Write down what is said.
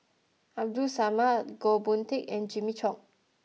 Abdul Samad Goh Boon Teck and Jimmy Chok